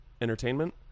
entertainment